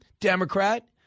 Democrat